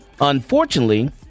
Unfortunately